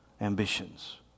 ambitions